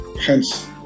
hence